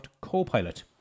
Copilot